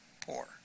poor